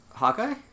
Hawkeye